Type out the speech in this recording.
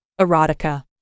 erotica